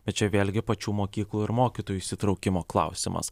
bet čia vėlgi pačių mokyklų ir mokytojų įsitraukimo klausimas